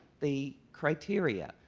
the criteria,